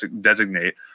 designate